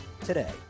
today